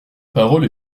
parole